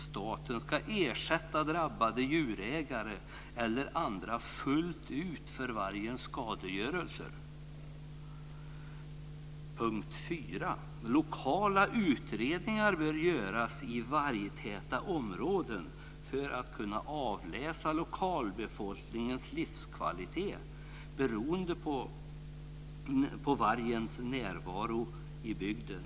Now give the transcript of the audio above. Staten ska ersätta drabbade djurägare eller andra fullt ut för vargens skadegörelser. 4. Lokala utredningar bör göras i vargtäta områden för att man ska kunna avläsa lokalbefolkningens livskvalitet beroende på vargens närvaro i bygden.